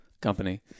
company